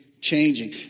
changing